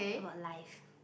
about life